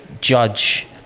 judge